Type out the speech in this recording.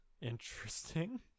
Interesting